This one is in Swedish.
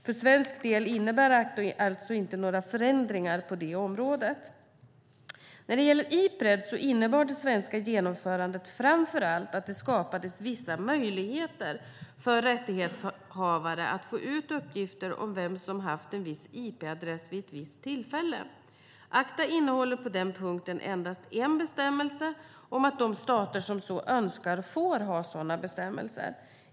För svensk del innebär ACTA alltså inte några förändringar på det området. När det gäller Ipred innebar det svenska genomförandet framför allt att det skapades vissa möjligheter för rättighetsinnehavare att få ut uppgifter om vem som haft en viss IP-adress vid ett visst tillfälle. ACTA innehåller på den punkten endast en bestämmelse om att de stater som så önskar får ha sådana bestämmelser.